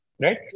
right